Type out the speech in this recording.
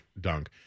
dunk